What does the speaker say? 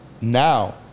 now